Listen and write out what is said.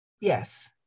Yes